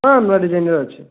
ହଁ ନୂଆଁ ଡିଜାଇନ୍ ର ଅଛି